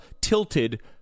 tilted